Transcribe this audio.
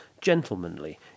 gentlemanly